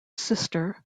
sister